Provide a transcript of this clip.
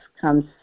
comes